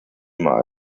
mal